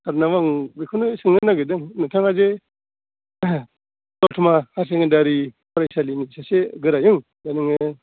सरनाव आं बेखौनो सोंनो नागेरदों नोंथाङा जे दत'मा हायार सेकेण्डारि फरायसालिनि सासे गोरायुं दा नोङो